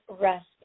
rest